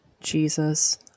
Jesus